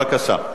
בבקשה.